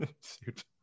suit